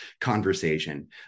conversation